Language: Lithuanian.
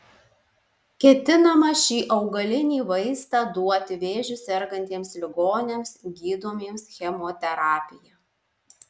ketinama šį augalinį vaistą duoti vėžiu sergantiems ligoniams gydomiems chemoterapija